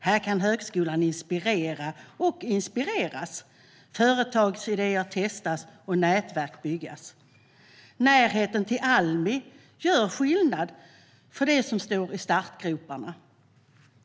Här kan högskolan inspirera och inspireras, företagsidéer testas och nätverk byggas. Närheten till Almi gör skillnad för dem som står i startgroparna.